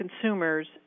consumers